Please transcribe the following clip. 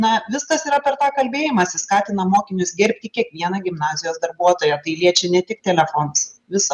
na viskas yra per tą kalbėjimąsi skatina mokinius gerbti kiekvieną gimnazijos darbuotoją tai liečia ne tik telefonas visą